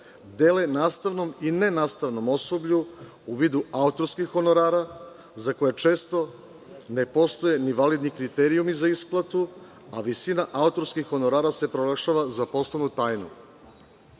dele nastavnom i nenastavnom osoblju u vidu autorskih honorara, za koje često ne postoje ni validni kriterijumi za isplatu, a visina autorskih honorara se proglašava za poslovnu